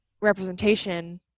representation